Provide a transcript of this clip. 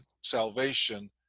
salvation